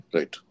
Right